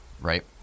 right